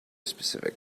specific